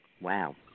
Wow